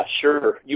sure